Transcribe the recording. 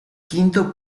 quinto